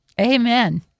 Amen